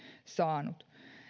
saanut